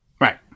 Right